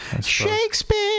Shakespeare